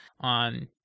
on